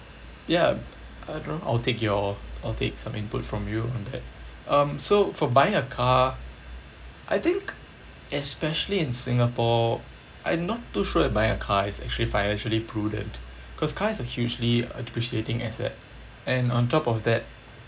ya I don't know I'll take your I'll take some input from you on that um so for buying a car I think especially in singapore I not too sure if buying a car is actually financially prudent because car is a hugely depreciating asset and on top of that